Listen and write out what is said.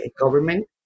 government